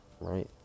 right